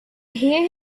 hear